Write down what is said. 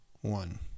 one